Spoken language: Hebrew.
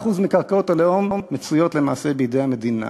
93% מקרקעות הלאום מצויות למעשה בידי המדינה.